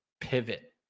pivot